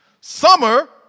Summer